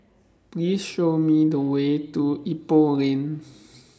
Please Show Me The Way to Ipoh Lane